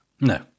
no